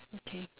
okay